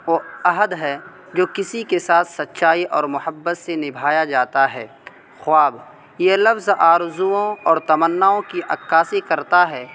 وہ عہد ہے جو کسی کے ساتھ سچائی اور محبت سے نبھایا جاتا ہے خواب یہ لفظ آرزوؤں اور تمناؤں کی عکاسی کرتا ہے